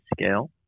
Scale